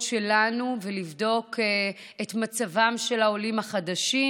שלנו ולבדוק את מצבם של העולים החדשים,